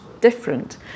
different